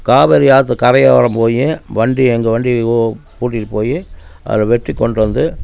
காவேரி ஆற்று கரையோரம் போய் வண்டி எங்கள் வண்டி ஓ கூட்டிட்டுப் போய் அதில் வெட்டிக் கொண்டு வந்து